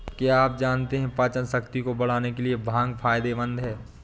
क्या आप जानते है पाचनशक्ति को बढ़ाने के लिए भांग फायदेमंद है?